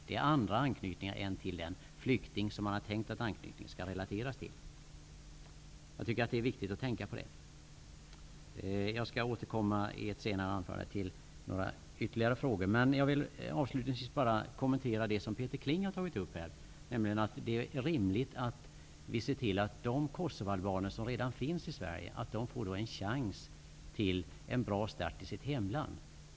Det är andra anknytningar än till den flykting som man har tänkt att anknytningen skall avse. Det är viktigt att tänka på. Jag skall i ett senare anförande komma med några ytterligare frågor. Avslutningsvis vill jag bara något kommentera det som Peter Kling tog upp, nämligen att det är rimligt att ge de kosovoalbaner som redan finns i Sverige en chans till en bra start i sitt hemland.